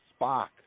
Spock